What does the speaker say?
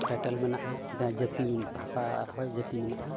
title ᱢᱮᱱᱟᱜᱼᱟ ᱡᱟᱹᱛᱤ ᱢᱮᱱᱟᱜᱼᱟ ᱵᱷᱟᱥᱟ ᱦᱚᱭ ᱡᱟᱹᱛᱤ ᱢᱮᱱᱟᱜᱼᱟ